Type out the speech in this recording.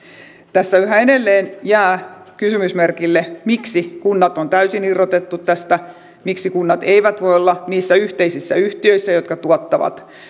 tässä yhä edelleen jää kysymysmerkille miksi kunnat on täysin irrotettu tästä miksi kunnat eivät voi olla niissä yhteisissä yhtiöissä jotka tuottavat